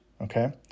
okay